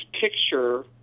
picture –